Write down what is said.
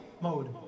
mode